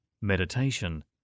meditation